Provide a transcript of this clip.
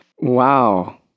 Wow